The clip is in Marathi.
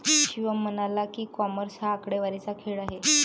शिवम म्हणाला की, कॉमर्स हा आकडेवारीचा खेळ आहे